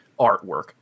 artwork